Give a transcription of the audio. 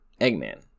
Eggman